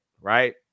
Right